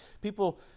People